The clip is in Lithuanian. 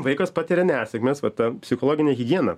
vaikas patiria nesėkmes va ta psichologinė higiena